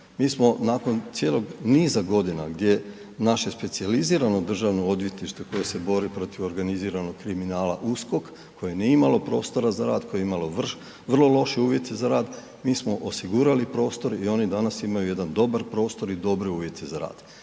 Mi smo nakon cijelog niza godina gdje naše specijalizirano Državno odvjetništvo koje se bori protiv organiziranog kriminala USKOK koje nije imalo prostora za rad, koje je imalo vrlo loše uvjete za rad, mi smo osigurali prostor i oni danas imaju jedan dobar prostor i dobre uvjete za rad.